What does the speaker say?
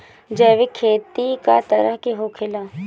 जैविक खेती कए तरह के होखेला?